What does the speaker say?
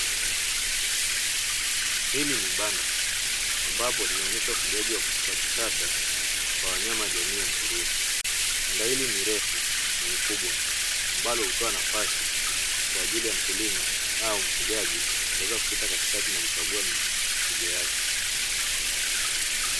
Hili ni banda ambapo linaonyesha ufugaji wa kisasa kwa wanyama jamii ya nguruwe, banda hili ni refu na ni kubwa ambalo hutoa nafasi kwaajili ya mkulima au mfugaji kuweza kupita katikati na kukagua mifugo yake.